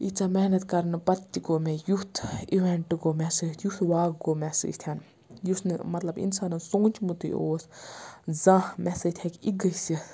ییٖژاہ محنت کرنہٕ پَتہٕ تہِ گوٚو مےٚ یُتھ اِوٮ۪نٹ گوٚو مےٚ سۭتۍ یُتھ واقعہٕ گوٚو مےٚ سۭتۍ یُس نہٕ مطلب اِنسانَن سوٗنچمُتٕے اوس زانٛہہ مےٚ سۭتۍ ہٮ۪کہِ یہِ گٔژھِتھ